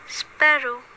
sparrow